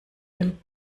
him